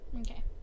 Okay